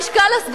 נכון,